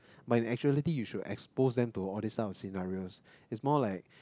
but in actuality you should expose them to all these type of scenarios it's more like